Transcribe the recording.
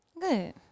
good